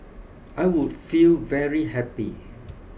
I would feel very happy